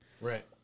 Right